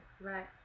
Right